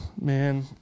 man